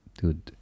dude